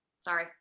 Sorry